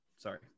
Sorry